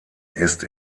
ist